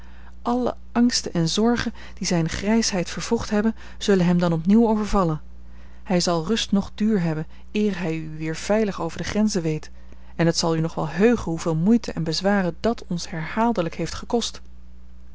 alle angsten en zorgen die zijne grijsheid vervroegd hebben zullen hem dan opnieuw overvallen hij zal rust noch duur hebben eer hij u weer veilig over de grenzen weet en het zal u nog wel heugen hoeveel moeite en bezwaren dat ons herhaaldelijk heeft gekost